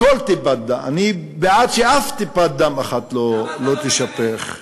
אתה דיברת קודם ולא הפריעו לך,